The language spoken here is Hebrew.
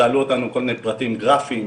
שאלו אותנו כל מיני פרטים גרפיים,